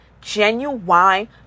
genuine